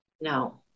No